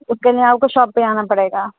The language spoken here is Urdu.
اس کے لیے آپ کو شاپ پہ آنا پڑے گا